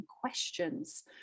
questions